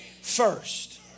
first